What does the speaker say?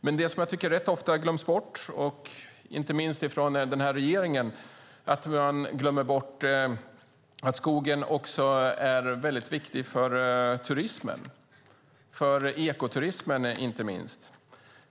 Men det jag tycker glöms bort rätt ofta, inte minst från den här regeringen, är att skogen också är väldigt viktig för turismen - inte minst för ekoturismen.